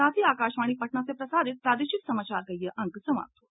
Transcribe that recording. इसके साथ ही आकाशवाणी पटना से प्रसारित प्रादेशिक समाचार का ये अंक समाप्त हुआ